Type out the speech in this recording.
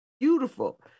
beautiful